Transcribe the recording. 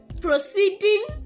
proceeding